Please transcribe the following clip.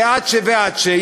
ועד ש- ועד ש-,